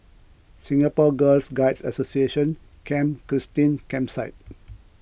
Singapore Girl Guides Association Camp Christine Campsite